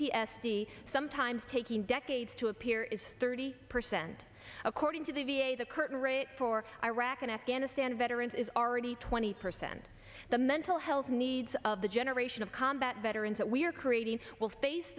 d sometimes taking decades to appear is thirty percent according to the v a the current rate for iraq and afghanistan veterans is already twenty percent the mental health needs of the generation of combat veterans that we are creating will face